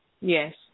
Yes